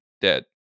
dead